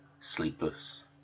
sleepless